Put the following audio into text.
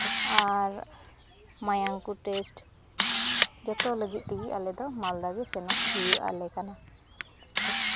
ᱟᱨ ᱢᱟᱭᱟᱝ ᱠᱚ ᱴᱮᱥᱴ ᱡᱚᱛᱚ ᱞᱟᱹᱜᱤᱫ ᱛᱮᱜᱮ ᱟᱞᱮ ᱫᱚ ᱢᱟᱞᱫᱟ ᱜᱮ ᱥᱮᱱᱚᱜ ᱦᱩᱭ ᱟᱞᱮ ᱠᱟᱱᱟ